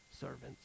Servants